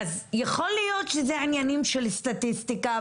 אז יכול להיות שזה עניינים של סטטיסטיקה.